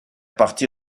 partie